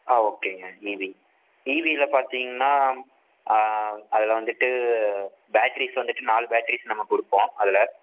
ஆ ஓகேங்க ஈவி ஈவியில் பார்த்திங்கன்னா அதில் வந்துட்டு பேட்ரிஸ் வந்துட்டு நாலு பேட்ரிஸ் நம்ம கொடுப்போம் அதில்